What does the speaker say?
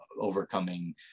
overcoming